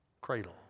cradle